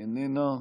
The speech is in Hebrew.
איננה.